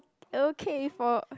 okay for